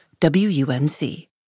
WUNC